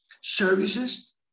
services